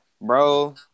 Bro